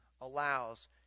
allows